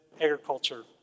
agriculture